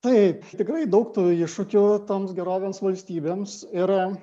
taip tikrai daug tų iššūkių toms gerovės valstybėms ir